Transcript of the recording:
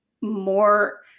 more